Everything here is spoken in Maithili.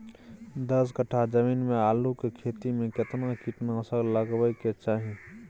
दस कट्ठा जमीन में आलू के खेती म केतना कीट नासक लगबै के चाही?